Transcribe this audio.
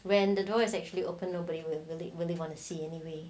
when the door is actually open nobody will emulate what you wanna see anyway